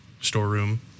storeroom